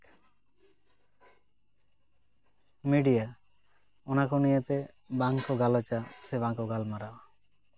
media ᱚᱱᱟ ᱠᱚ ᱱᱤᱭᱟᱹ ᱛᱮ ᱵᱟᱝ ᱠᱚ ᱜᱟᱞᱚᱪᱟ ᱥᱮ ᱵᱟᱝᱠᱚ ᱜᱟᱞᱢᱟᱨᱟᱣᱟ